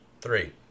three